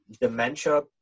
dementia